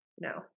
No